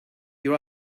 you